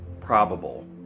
Probable